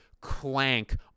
clank